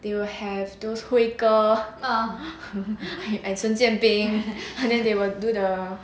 they will have those 辉哥 and 陈建彬 then they will do the